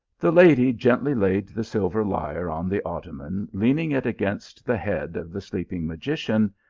the lady gently laid the silver lyre on the ottoman, leaning it against the head of the sleeping magician,